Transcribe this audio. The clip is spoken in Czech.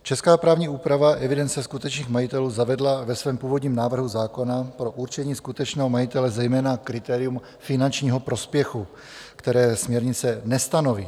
Česká právní úprava evidence skutečných majitelů zavedla ve svém původním návrhu zákona pro určení skutečného majitele zejména kritérium finančního prospěchu, které směrnice nestanoví.